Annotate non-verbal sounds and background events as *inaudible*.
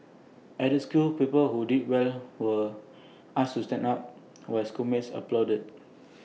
at the school pupils who did well were *noise* asked to stand up *noise* while schoolmates applauded